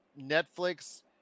netflix